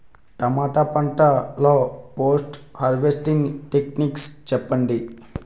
టమాటా పంట లొ post harvesting techniques చెప్పండి?